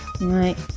right